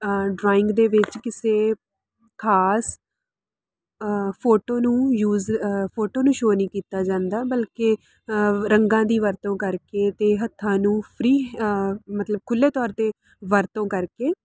drawing ਦੇ ਵਿੱਚ ਕਿਸੇ ਖ਼ਾਸ ਫੋਟੋ ਨੂੰ ਯੂਜ ਫੋਟੋ ਨੂੰ ਸ਼ੋ ਨਹੀਂ ਕੀਤਾ ਜਾਂਦਾ ਬਲਕਿ ਰੰਗਾਂ ਦੀ ਵਰਤੋਂ ਕਰਕੇ ਅਤੇ ਹੱਥਾਂ ਨੂੰ ਫਰੀ ਮਤਲਬ ਖੁੱਲ੍ਹੇ ਤੌਰ 'ਤੇ ਵਰਤੋਂ ਕਰਕੇ